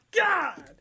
God